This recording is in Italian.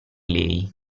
lei